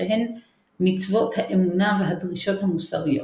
שהן מצוות האמונה והדרישות המוסריות.